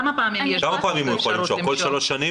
כמה פעמים יש לו אפשרות למשוך?